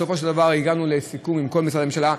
בסופו של דבר הגענו לסיכום עם כל משרדי הממשלה.